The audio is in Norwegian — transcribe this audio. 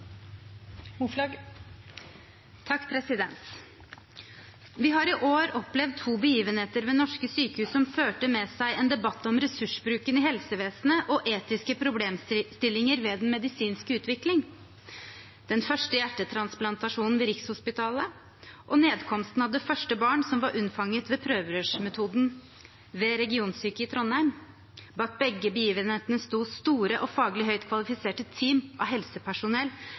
har i år opplevd to begivenheter ved norske sykehus som førte med seg en debatt om ressursbruken i helsevesenet og etiske problemstillinger ved den medisinske utvikling: den første hjertetransplantasjonen ved Rikshospitalet og nedkomsten av det første barn som var unnfanget ved prøverørsmetoden ved Regionsykehuset i Trondheim. Bak begge begivenhetene sto store og faglig høyt kvalifiserte team av helsepersonell